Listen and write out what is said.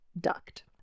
duct